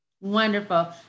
Wonderful